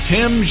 Tim